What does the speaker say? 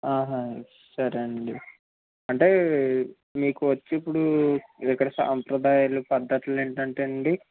సరెండీ అంటే మీకు వచ్చి ఇప్పుడు ఇక్కడ సాంప్రదాయాలు పద్ధతులు ఏంటి అంటేనండి